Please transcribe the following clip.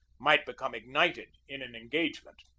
might become ignited in an engagement.